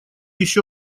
еще